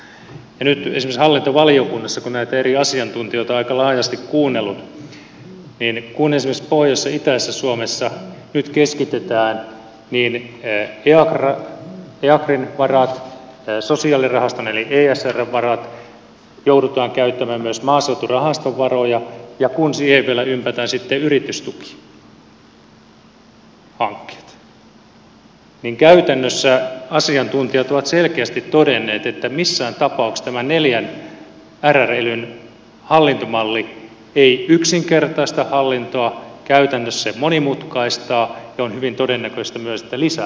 nyt esimerkiksi hallintovaliokunnassa kun näitä eri asiantuntijoita aika laajasti on kuunnellut niin kun esimerkiksi pohjoisessa ja itäisessä suomessa nyt keskitetään niin eakrin varat sosiaalirahaston eli esrn varat joudutaan käyttämään myös maaseuturahaston varoja ja kun siihen vielä ympätään sitten yritystukihankkeet niin käytännössä asiantuntijat ovat selkeästi todenneet että missään tapauksessa tämä neljän rr elyn hallintomalli ei yksinkertaista hallintoa käytännössä se monimutkaistaa ja on hyvin todennäköistä myös että se lisää kustannuksia